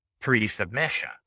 pre-submission